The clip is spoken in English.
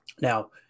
Now